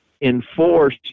enforce